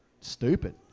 stupid